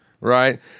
Right